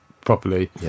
properly